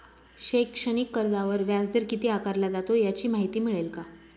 शैक्षणिक कर्जावर व्याजदर किती आकारला जातो? याची माहिती मिळेल का?